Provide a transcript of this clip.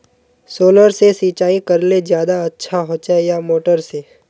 Solar से सिंचाई करले ज्यादा अच्छा होचे या मोटर से?